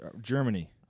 Germany